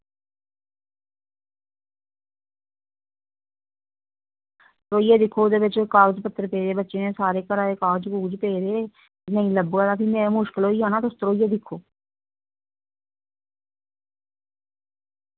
ध्रोइयै दिक्खो ओह्दे बिच्च कागज़ पत्तर पेदे बच्चें दे सारे घरा दे कागज़ कागूज पेदे नेईं लब्भै दा ते में मुश्कल होई जाना तुस ध्रोइयै दिक्खो